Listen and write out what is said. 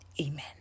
amen